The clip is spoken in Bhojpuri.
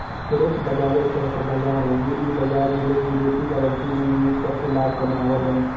फोरेक्स बाजार एक तरह क बाजार हउवे इ बाजार में लोग विदेशी करेंसी में निवेश करके लाभ कमावलन